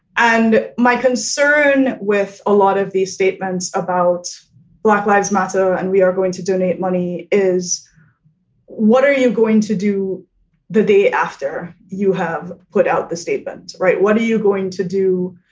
and my concern with a lot of these statements about black lives matter and we are going to donate money is what are you going to do the day after you have put out the statement? right. what are you going to do,